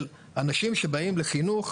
אנשים באים לחינוך,